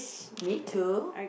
me too